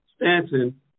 Stanton